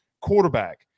quarterback